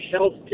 healthcare